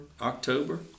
October